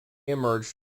emerged